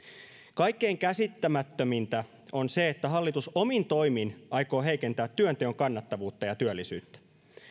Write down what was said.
kaikkein käsittämättömintä on se että hallitus omin toimin aikoo heikentää työnteon kannattavuutta ja työllisyyttä